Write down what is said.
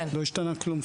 לא השתנה כלום.